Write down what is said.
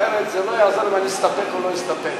אחרת זה לא יעזור אם אני אסתפק או לא אסתפק.